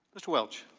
mr. welch?